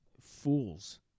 fools